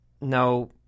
no